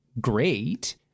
great